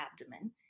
abdomen